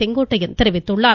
செங்கோட்டையன் தெரிவித்துள்ளார்